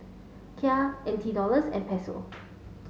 Kyat N T Dollars and Peso